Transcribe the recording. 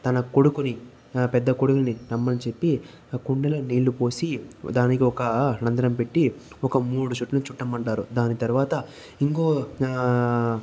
తన కొడుకుని పెద్ద కొడుకుని రమ్మని చెప్పి ఒక కుండలో నీళ్ళు పోసి దానికి ఒక రంద్రం పెట్టి ఒక మూడు చుట్లు చుట్టమంటారు దాని తర్వాత ఇంకో